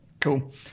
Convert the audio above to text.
Cool